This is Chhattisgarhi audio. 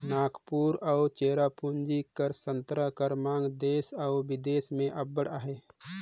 नांगपुर अउ चेरापूंजी कर संतरा कर मांग देस अउ बिदेस में अब्बड़ अहे